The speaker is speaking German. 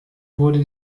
wurde